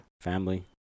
Family